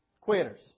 Quitters